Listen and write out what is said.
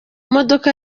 modoka